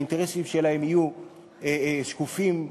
האינטרסים שלהם יהיו שקופים לציבור.